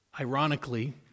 ironically